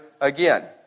again